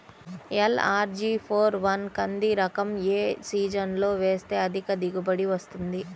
LRG four one కంది రకం ఏ సీజన్లో వేస్తె అధిక దిగుబడి వస్తుంది?